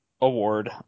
award